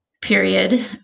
Period